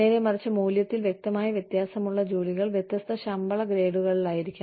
നേരെമറിച്ച് മൂല്യത്തിൽ വ്യക്തമായി വ്യത്യാസമുള്ള ജോലികൾ വ്യത്യസ്ത ശമ്പള ഗ്രേഡുകളിലായിരിക്കണം